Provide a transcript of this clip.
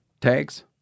tags